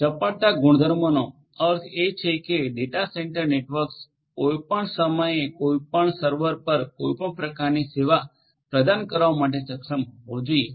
ચપળતા ગુણધર્મનો અર્થ એ છે કે ડેટા સેન્ટર નેટવર્ક કોઈપણ સમયે કોઈપણ સર્વર પર કોઈપણ પ્રકારની સેવા પ્રદાન કરવા માટે સક્ષમ હોવો જોઈએ